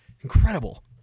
Incredible